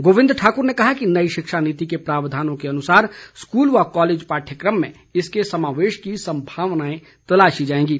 गोविंद ठाकुर ने कहा कि नई शिक्षा नीति के प्रावधानों के अनुसार स्कूल व कॉलेज पाठ्यक्रम में इसके समावेश की संभावनाएं तलाशी जाएंगी